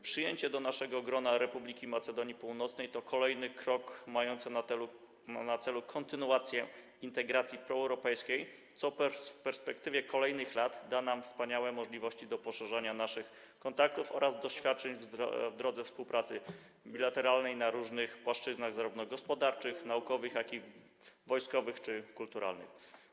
Przyjęcie do naszego grona Republiki Macedonii Północnej to kolejny krok mający na celu kontynuację integracji proeuropejskiej, co w perspektywie kolejnych lat da nam wspaniałe możliwości do poszerzania naszych kontaktów oraz doświadczeń w drodze współpracy bilateralnej na różnych płaszczyznach zarówno gospodarczych, naukowych, jak i wojskowych czy kulturalnych.